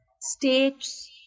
states